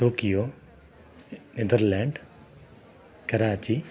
Tokyo Netherland Karachi